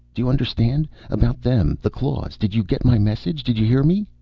do you understand? about them, the claws. did you get my message? did you hear me?